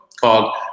called